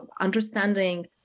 understanding